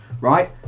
right